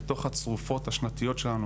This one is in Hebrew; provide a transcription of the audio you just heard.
רעבים וקופאים מקור בדירות שלהם,